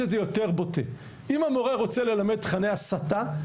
את זה יותר בוטה רוצה ללמד תכני הסתה,